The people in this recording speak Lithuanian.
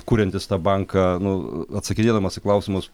kuriantis tą banką nu atsakinėdamas į klausimus